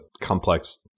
complex